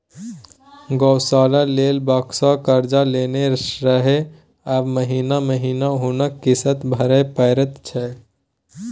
गौशाला लेल बैंकसँ कर्जा लेने रहय आब महिना महिना हुनका किस्त भरय परैत छै